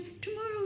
tomorrow